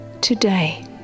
Today